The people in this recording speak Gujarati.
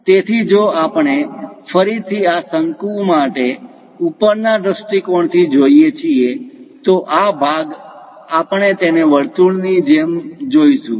તેથી જો આપણે ફરીથી આ શંકુ માટે ઉપરના દ્રષ્ટિકોણથી વ્યુથી view જોઈએ છીએ તો આ ભાગ આપણે તેને વર્તુળ ની જેમ જોશું